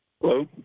hello